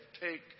take